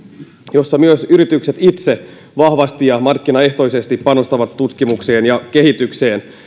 joissa myös yritykset itse vahvasti ja markkinaehtoisesti panostavat tutkimukseen ja kehitykseen